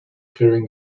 clearing